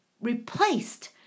replaced